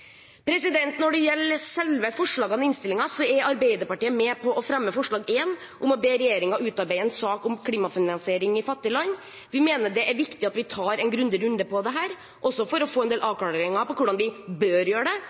Når det gjelder selve forslagene i innstillingen, er Arbeiderpartiet med på å fremme forslag nr. 1 om å be regjeringen utarbeide en sak om klimafinansiering i fattige land. Vi mener det er viktig at vi tar en grundig runde på det, også for å få en del avklaringer på hvordan vi bør gjøre det,